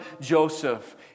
Joseph